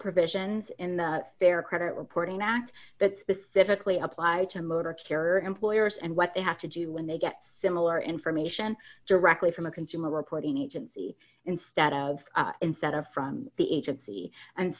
provisions in the fair credit reporting act that specifically applied to motor carrier employers and what they have to do when they get similar information directly from a consumer reporting agency instead of instead of from the agency and